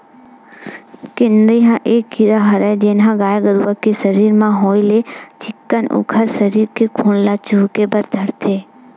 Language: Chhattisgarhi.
किन्नी ह ये कीरा हरय जेनहा गाय गरु के सरीर म होय ले चिक्कन उखर सरीर के खून ल चुहके बर धरथे